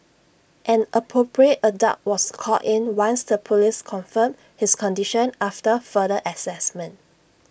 an appropriate adult was called in once the Police confirmed his condition after further Assessment